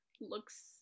Looks